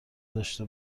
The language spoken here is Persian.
داشته